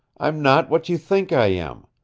i'm not what you think i am.